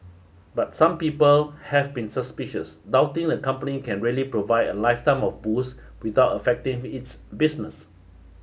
but some people have been suspicious doubting the company can really provide a lifetime of booze without affecting its business